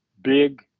big